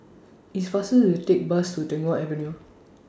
It's faster to Take Bus to Tagore Avenue